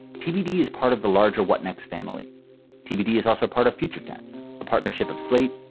tbd is part of the larger what next family tbd is also part of future tense, a partnership of slate,